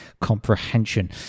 comprehension